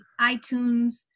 iTunes